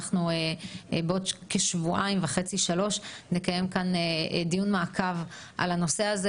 אנחנו נקיים כאן דיון מעקב בעוד שבועיים וחצי - שלושה,